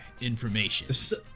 information